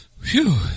Phew